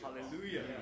Hallelujah